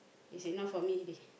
is enough for me